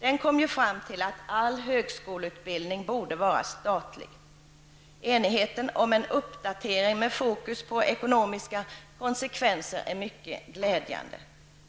Där kom man ju fram till att all högskoleutbildning borde vara statlig. Enigheten om en uppdatering med fokus på ekonomiska konsekvenser är mycket glädjande,